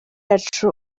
yacu